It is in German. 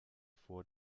vor